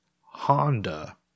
Honda